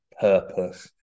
purpose